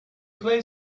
play